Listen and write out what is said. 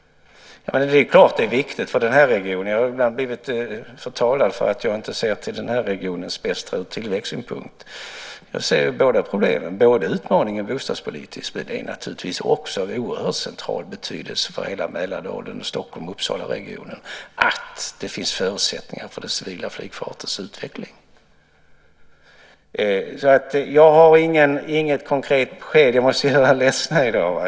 Jag har ibland blivit förtalad för att jag inte ser till den här regionens bästa ur tillväxtsynpunkt. Jag ser båda problemen, utmaningen bostadspolitiskt men att det också är av oerhört central betydelse för hela Mälardalen, Stockholm och Uppsalaregionen att det finns förutsättningar för den civila flygtrafikens utveckling. Jag har inget konkret besked. Jag måste göra er ledsna i dag.